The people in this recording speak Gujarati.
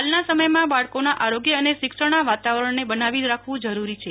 હાલના સમયમાં બાળકોના આરોગ્ય અને શિક્ષણના વાતાવરણને બનાવી રાખવું જરૂરી છે